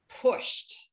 pushed